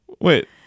Wait